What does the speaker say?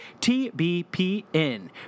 TBPN